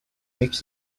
makes